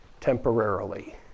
temporarily